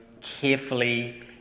carefully